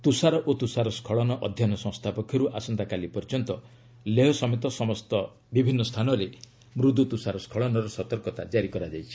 ତୁଷାର ଓ ତୁଷାର ସ୍କଳନ ଅଧ୍ୟୟନ ସଂସ୍ଥା ପକ୍ଷରୁ ଆସନ୍ତାକାଲି ପର୍ଯ୍ୟନ୍ତ ଲେହ ସମତେ ବିଭିନ୍ନ ସ୍ଥାନରେ ମୁଦୁ ତୁଷାର ସ୍ଖଳନର ସତର୍କତା ଜାରି କରାଯାଇଛି